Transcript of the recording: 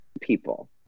people